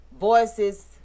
voices